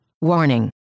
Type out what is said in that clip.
Warning